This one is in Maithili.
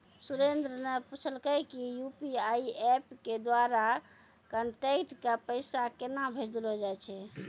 सुरेन्द्र न पूछलकै कि यू.पी.आई एप्प के द्वारा कांटैक्ट क पैसा केन्हा भेजलो जाय छै